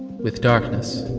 with darkness,